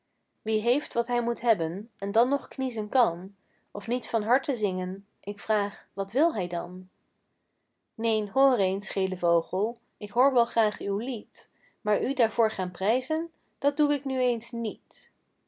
wie heeft wat hij moet hebben en dan nog kniezen kan of niet van harte zingen ik vraag wat wil hij dan neen hoor eens gele vogel ik hoor wel graag uw lied maar u daarvoor gaan prijzen dat doe ik nu eens niet